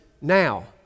now